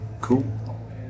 cool